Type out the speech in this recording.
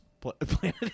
Planet